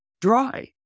dry